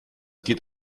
geht